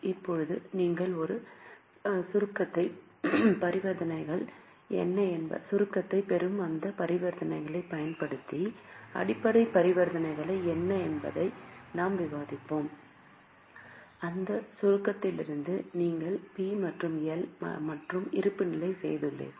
இப்போது நீங்கள் ஒரு சுருக்கத்தைப் பெறும் அந்த பரிவர்த்தனைகளைப் பயன்படுத்தி அடிப்படை பரிவர்த்தனைகள் என்ன என்பதை நாம் விவாதிப்போம் அந்த சுருக்கத்திலிருந்து நீங்கள் பி மற்றும் எல் மற்றும் இருப்புநிலை செய்துள்ளீர்கள்